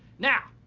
now,